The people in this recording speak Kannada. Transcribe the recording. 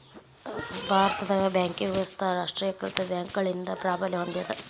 ಭಾರತದಾಗ ಬ್ಯಾಂಕಿಂಗ್ ವ್ಯವಸ್ಥಾ ರಾಷ್ಟ್ರೇಕೃತ ಬ್ಯಾಂಕ್ಗಳಿಂದ ಪ್ರಾಬಲ್ಯ ಹೊಂದೇದ